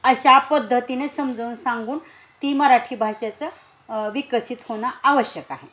अशा पद्धतीने समजावून सांगून ती मराठी भाषेचा विकसित होणं आवश्यक आहे